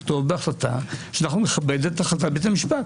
לכתוב בהחלטה: "אנחנו נכבד את החלטת בית המשפט".